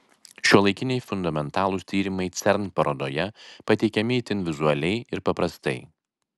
šiuolaikiniai fundamentalūs tyrimai cern parodoje pateikiami itin vizualiai ir paprastai